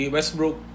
Westbrook